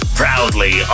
proudly